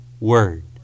Word